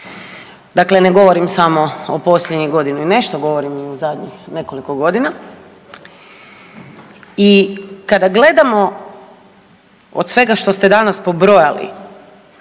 Dakle, ne govorim samo o posljednjih godinu i nešto govorim o zadnjih nekoliko godina. I kada gledamo od svega što ste danas pobrojali